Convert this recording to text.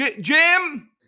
Jim